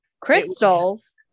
Crystals